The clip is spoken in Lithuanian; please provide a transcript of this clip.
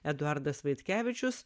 eduardas vaitkevičius